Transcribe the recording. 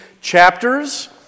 chapters